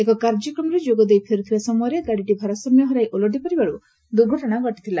ଏକ କାର୍ଯ୍ୟକ୍ରମରେ ଯୋଗ ଦେଇ ଫେରୁଥିବା ସମୟରେ ଗାଡ଼ିଟି ଭାରସାମ୍ୟ ହରାଇ ଓଲଟି ପଡ଼ିବାରୁ ଦୁର୍ଘଟଣା ଘଟିଥିଲା